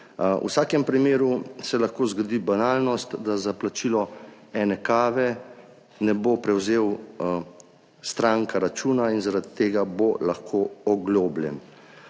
V vsakem primeru se lahko zgodi banalnost, da za plačilo ene kave stranka ne bo prevzela računa in zaradi tega bo lahko oglobljena.